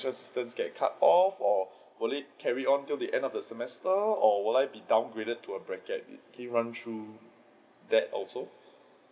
financial assistance get cut off or will it carry on to the end of the semester or would I be downgraded to a bracket can you run through that also